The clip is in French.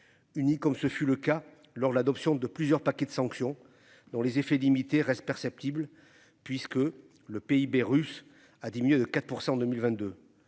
Unis comme ce fut le cas lors de l'adoption de plusieurs paquets de sanctions dont les effets limités reste perceptible puisque le PIB russe a diminué de 4% en 2022.